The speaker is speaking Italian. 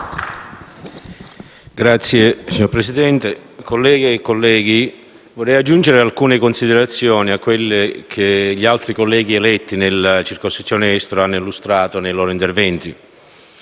*(PD)*. Signor Presidente, colleghe e colleghi, vorrei aggiungere alcune considerazioni a quelle che gli altri colleghi eletti nella circoscrizione estero hanno illustrato nei loro interventi.